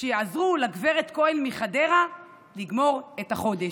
שיעזרו לגב' כהן מחדרה לגמור את החודש.